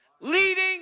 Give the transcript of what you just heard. leading